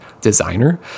designer